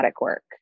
work